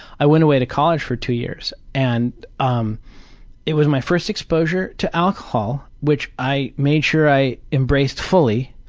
i went away to college for two years and um it was my first exposure to alcohol, which i made sure i embraced fully.